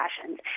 passions